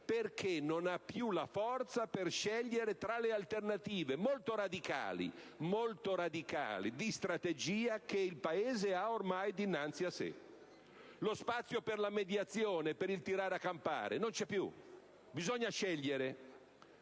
perché non ha più la forza per scegliere tra le alternative, molto radicali, di strategia che il Paese ha ormai dinanzi a sé. Lo spazio per la mediazione, per il tirare a campare, non c'è più. Bisogna scegliere,